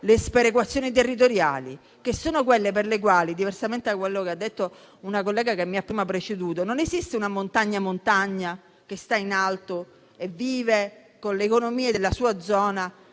le sperequazioni territoriali. Diversamente da quello che ha detto una collega che mi ha preceduto, non esiste una montagna "montagna" che sta in alto e vive con le economie della sua zona